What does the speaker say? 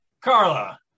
Carla